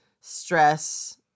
stress